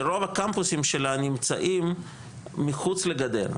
שרוב הקמפוסים שלה נמצאים מחוץ לגדר.